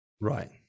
Right